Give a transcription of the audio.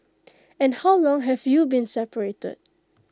and how long have you been separated